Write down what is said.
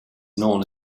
known